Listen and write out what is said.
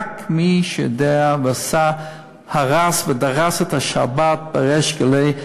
רק מי שיודע והרס ודרס את השבת בריש גלי,